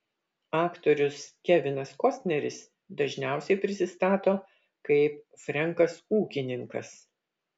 aktorius kevinas kostneris dažniausiai prisistato kaip frenkas ūkininkas